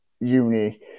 uni